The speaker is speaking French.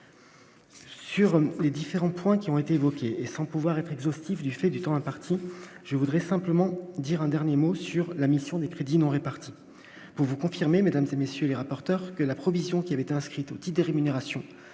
Sur les différents points qui ont été évoqués et sans pouvoir être exhaustif, du fait du temps imparti, je voudrais simplement dire un dernier mot sur la mission des crédits non répartis vous vous confirmez mesdames et messieurs les rapporteurs que la provision qui avait été inscrit des rémunérations